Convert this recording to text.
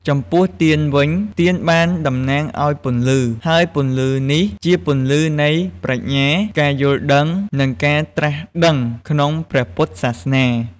ចំំពោះទៀនវិញ ទៀនបានតំណាងឲ្យពន្លឺ ហើយពន្លឺនេះជាពន្លឺនៃប្រាជ្ញា ការយល់ដឹង និងការត្រាស់ដឹងក្នុងព្រះពុទ្ធសាសនា។